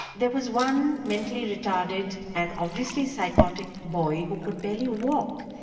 there was one mentally retarded and obviously psychotic boy who could barely walk.